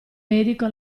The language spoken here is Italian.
medico